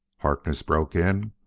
harkness broke in.